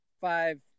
Five